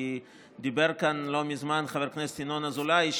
כי דיבר כאן לא מזמן חבר הכנסת ינון אזולאי,